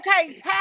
Okay